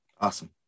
Awesome